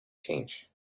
change